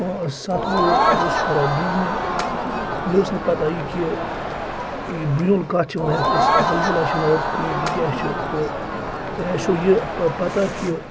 پانٛژھ سَتھ وُہ بہٕ اوسُس پَران دُیِمہِ مےٚ اوس نہٕ پَتہ یہِ کہِ یہِ بُنیل کَتھ چھِ وَنان یَتھ أسۍ زَل زَلا چھِ وَنان أرٕتھ کویِک یہِ کیٛاہ چھِ تہٕ تۄہہِ آسیو یہِ پَتاہ کہِ